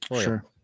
Sure